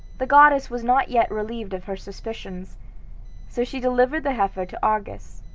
the goddess was not yet relieved of her suspicions so she delivered the heifer to argus,